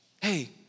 hey